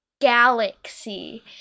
galaxy